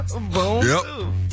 Boom